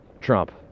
Trump